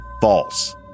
false